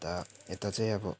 अन्त यता चाहिँ अब